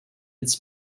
its